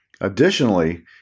Additionally